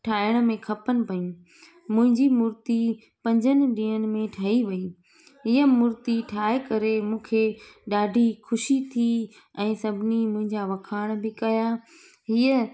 ठाहिण में खपनि पयूं मुंहिंजी मूर्ती पंजनि ॾींहनि में ठई वयी हीअ मूर्ती ठाहे करे मूंखे ॾाढी ख़ुशी थी ऐं सभिनी मुंहिंजा वखाण बि कया हीअ